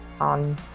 on